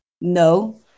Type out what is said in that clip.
No